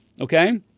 okay